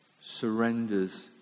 surrenders